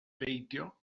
beidio